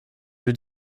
veux